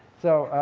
so,